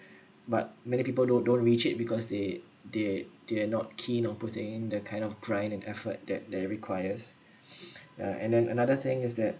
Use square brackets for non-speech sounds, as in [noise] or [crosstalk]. but many people don't don't reach it because they they they are not keen on putting the kind of trying and effort that that requires [breath] uh and then another thing is that